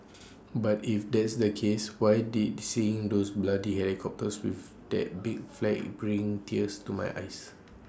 but if that's the case why did seeing those bloody helicopters with that big flag bring tears to my eyes